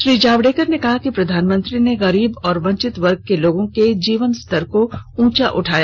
श्री जावडेकर ने कहा कि प्रधानमंत्री ने गरीब और वंचित वर्ग के लोगों के जीवन स्तर को उंचा उठाया